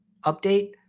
update